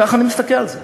כך אני מסתכל על זה.